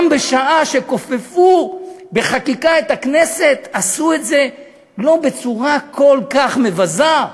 גם בשעה שכופפו בחקיקה את הכנסת עשו את זה לא בצורה כל כך מבזה.